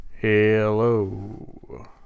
Hello